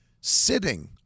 sitting